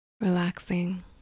Relaxing